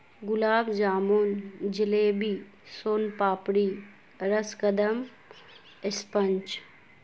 گلاب jamun jalebi soan papdi ras kadam sponge